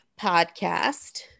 podcast